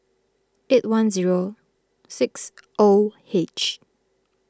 eight one zero six O H